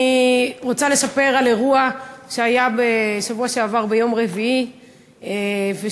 אני רוצה לספר על אירוע שהיה ביום רביעי בשבוע שעבר,